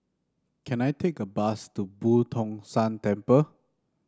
can I take a bus to Boo Tong San Temple